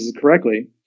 correctly